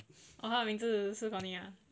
orh 她名字是 cony ah